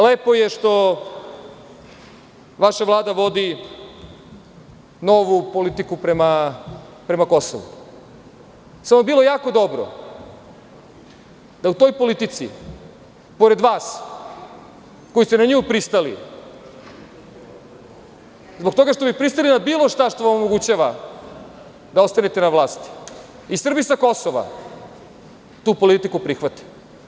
Lepo je što vaša Vlada vodi novu politiku prema Kosovu, samo bi bilo jako dobro da u toj politici, pored vas koji ste na nju pristali, zbog toga što bi pristali na bilo šta što vam omogućava da ostanete na vlasti, i Srbi sa Kosova tu politiku prihvate.